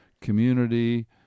community